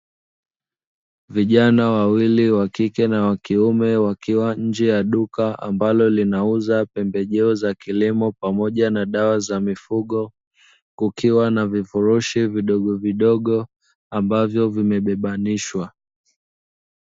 Vijana wawili wa kike na wa kiume wakiwa nje ya duka ambalo linauza pembejeo za kilimo, pamoja na dawa za mifugo, kukiwa na vifurushi vidogo vidogo ambavyo vimebebanishwa.